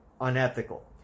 unethical